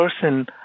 person